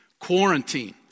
quarantine